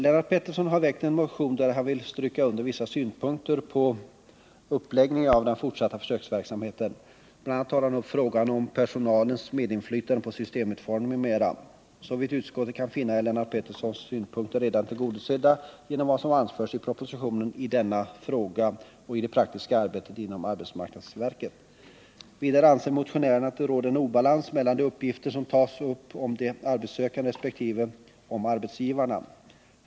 Lennart Pettersson har väckt en motion där han vill stryka under vissa synpunkter på uppläggningen av den fortsatta försöksverksamheten. Bl. a. tar han upp frågan om personalens medinflytande på systemutformning m.m. Såvitt utskottet kan finna är Lennart Petterssons synpunkter redan tillgodosedda genom vad som anförs i propositionen i denna fråga och i det praktiska arbetet inom arbetsmarknadsverket. Vidare anser motionären att det råder en obalans mellan de uppgifter som tas upp om de arbetssökande resp. om arbetsgivarna.